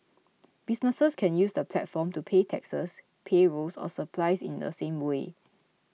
businesses can use the platform to pay taxes payrolls or suppliers in the same way